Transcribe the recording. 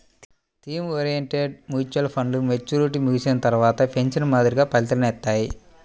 theme oriented mutual ఫండ్లు maturity ముగిసిన తర్వాత పెన్షన్ మాదిరిగా ఫలితాలనిత్తాయి